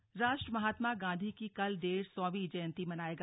जयंती राष्ट्र महात्मा गांधी की कल डेढ़ सौंवी जयंती मनाएगा